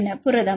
மாணவர் புரதம்